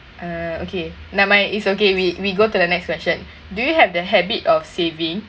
uh okay never mind it's okay we we go to the next question do you have the habit of saving